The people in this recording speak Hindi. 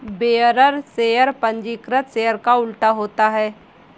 बेयरर शेयर पंजीकृत शेयर का उल्टा होता है